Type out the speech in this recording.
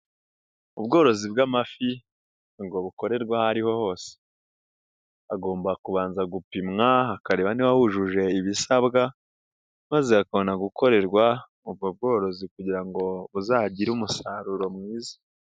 Ubworozi bw'amafi ntago bukorerwa aho ariho hose, hagomba kubanza gupimwa hakareba niba hujuje ibisabwa maze hakobona gukorerwa ubwo bworozi kugira ngo buzagire umusaruro mwiza.